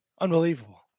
Unbelievable